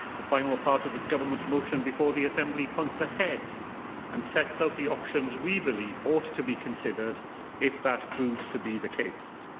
the final part of the government motion before the assembly points ahead and sets out the options we believe ought to be considered if that proves to the case.